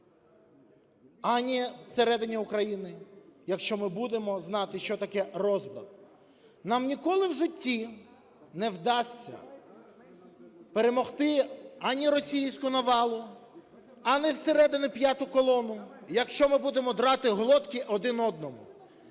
ані всередині України, якщо ми будемо знати, що таке розбрат. Нам ніколи в житті не вдасться перемогти ані російську навалу, ані зсередини "п'яту колону", якщо ми будемо драти глотки один одному.